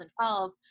2012